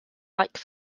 like